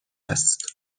است